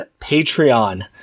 Patreon